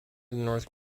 north